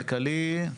כלכלי,